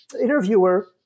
interviewer